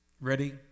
Ready